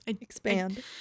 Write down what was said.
Expand